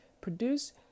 produce